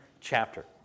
chapter